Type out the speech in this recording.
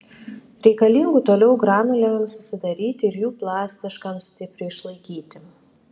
reikalingų toliau granulėms susidaryti ir jų plastiškam stipriui išlaikyti